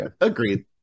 Agreed